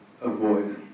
avoid